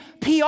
PR